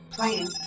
Playing